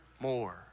More